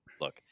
look